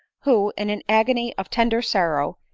who, in an agony of tender sorrow,